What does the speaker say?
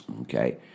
okay